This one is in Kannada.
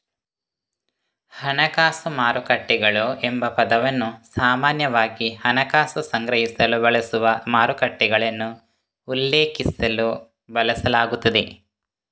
ಹಣಕಾಸು ಮಾರುಕಟ್ಟೆಗಳು ಎಂಬ ಪದವನ್ನು ಸಾಮಾನ್ಯವಾಗಿ ಹಣಕಾಸು ಸಂಗ್ರಹಿಸಲು ಬಳಸುವ ಮಾರುಕಟ್ಟೆಗಳನ್ನು ಉಲ್ಲೇಖಿಸಲು ಬಳಸಲಾಗುತ್ತದೆ